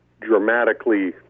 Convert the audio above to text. dramatically